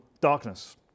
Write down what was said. darkness